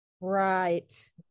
Right